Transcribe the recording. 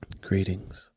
greetings